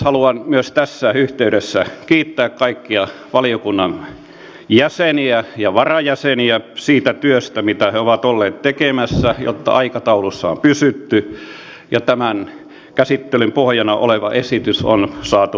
haluan myös tässä yhteydessä kiittää kaikkia valiokunnan jäseniä ja varajäseniä siitä työstä mitä he ovat olleet tekemässä jotta aikataulussa on pysytty ja tämän käsittelyn pohjana oleva esitys on saatu valmiiksi